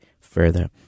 further